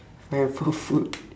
find for food